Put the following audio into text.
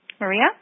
Maria